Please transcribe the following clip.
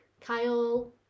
Kyle